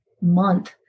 month